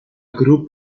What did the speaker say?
group